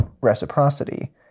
reciprocity